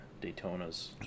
Daytona's